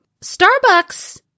Starbucks